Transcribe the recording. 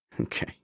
Okay